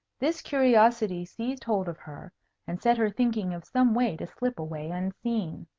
this curiosity seized hold of her and set her thinking of some way to slip away unseen.